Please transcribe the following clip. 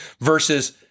versus